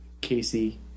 casey